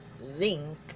Link